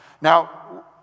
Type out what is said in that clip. Now